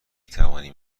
توانیم